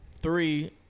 Three